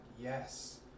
yes